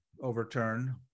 overturned